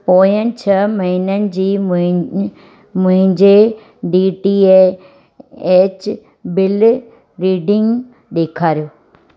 पोयनि छह महिननि जी मुंहिं मुंहिंजे D T H bill reading ॾेखारियो